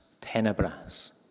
tenebras